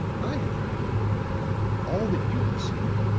i have heard all that you have seen,